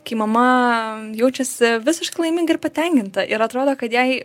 kai mama jaučiasi visiškai laimingi ir patenkinta ir atrodo kad jai